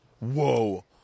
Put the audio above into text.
Whoa